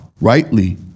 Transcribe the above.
rightly